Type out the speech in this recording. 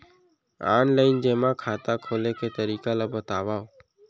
Online जेमा खाता खोले के तरीका ल बतावव?